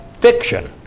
fiction